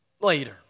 later